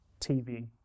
TV